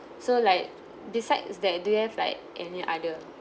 so like besides that do you have like any other